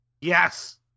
Yes